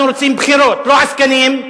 אנחנו רוצים בחירות, לא עסקנים,